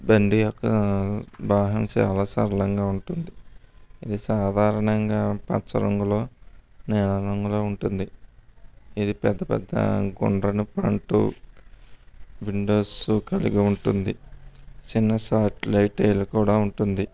బండి యొక్క బాహ్యం చాలా సరళంగా ఉంటుంది ఇది సాధారణంగా పచ్చరంగులో నీలం రంగులో ఉంటుంది ఇది పెద్ద పెద్ద గుండ్రని ఫ్రంటు విండోసు కలిగి ఉంటుంది చిన్న సాట్లైట్లు కూడా ఉంటుంది